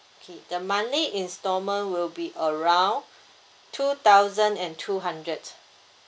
okay the monthly instalment will be around two thousand and two hundred